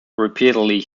repeatedly